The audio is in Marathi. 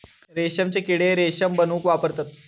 रेशमचे किडे रेशम बनवूक वापरतत